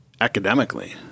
academically